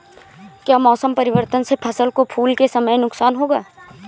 क्या मौसम परिवर्तन से फसल को फूल के समय नुकसान होगा?